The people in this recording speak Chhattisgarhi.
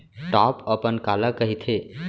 टॉप अपन काला कहिथे?